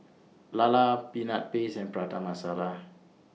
Lala Peanut Paste and Prata Masala